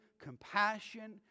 compassion